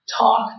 talk